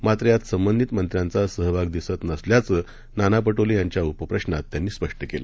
मात्र यात संबंधित मंत्र्यांचा सहभाग दिसत नसल्याचे नाना पटोले यांच्या उपप्रश्रात त्यांनी स्पष्ट केलं